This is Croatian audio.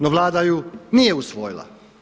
No Vlada ju nije usvojila.